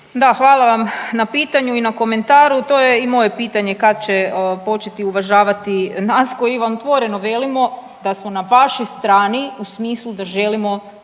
hvala vam na pitanju i na komentaru, to je i moje pitanje kad će početi uvažavati nas koji vam otvoreno velimo da smo na vašoj strani u smislu da želimo